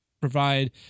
provide